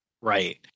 Right